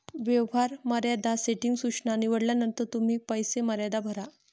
व्यवहार मर्यादा सेटिंग सूचना निवडल्यानंतर तुम्ही पैसे मर्यादा भरा